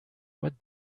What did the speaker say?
what